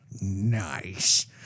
Nice